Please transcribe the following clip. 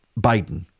Biden